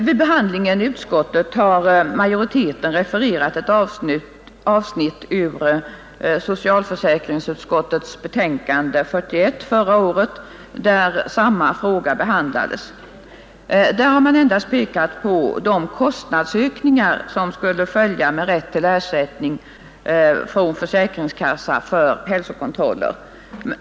Vid behandlingen i utskottet har majoriteten refererat ett avsnitt ur socialförsäkringsutskottets betänkande nr 41 förra året, där samma fråga behandlades. Där har man endast pekat på de kostnadsökningar som skulle följa med rätt till ersättning från försäkringskassa för hälsokontroller.